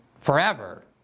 forever